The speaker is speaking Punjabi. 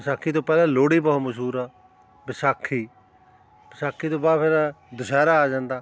ਵਿਸਾਖੀ ਤੋਂ ਪਹਿਲਾਂ ਲੋਹੜੀ ਬਹੁਤ ਮਸ਼ਹੂਰ ਆ ਵਿਸਾਖੀ ਵਿਸਾਖੀ ਤੋਂ ਬਾਅਦ ਫਿਰ ਦੁਸਹਿਰਾ ਆ ਜਾਂਦਾ